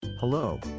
Hello